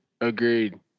Agreed